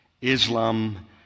Islam